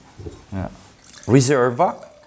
Reserva